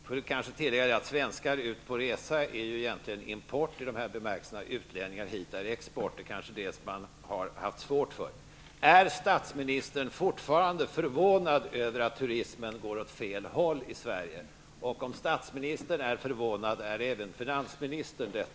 Jag får kanske tillägga att svenskar på resa i denna bemärkelse egentligen är import, och utlänningar som kommer hit är export. Det är kanske det som man har haft svårt för. Är statsministern fortfarande förvånad över att turismen går åt fel håll i Sverige? Om statsministern är förvånad, är även finansministern det?